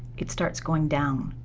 it starts going down,